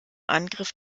angriff